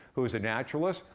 who was a naturalist.